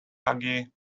hughie